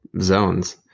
zones